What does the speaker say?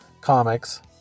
comics